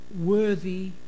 worthy